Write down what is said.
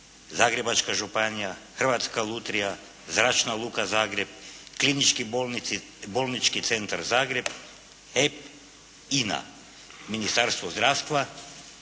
Zagrebačka županija, Hrvatska lutrija, Zračna luka Zagreb, Klinički bolnički centar Zagreb, EP, INA, Ministarstvo zdravstva,